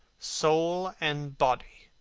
soul and body,